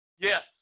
Yes